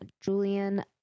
Julian